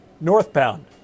northbound